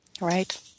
Right